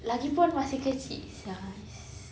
lagipun masih kecil sia it's